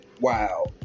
wow